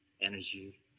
energy